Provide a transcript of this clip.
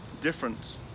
different